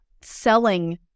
selling